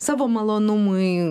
savo malonumui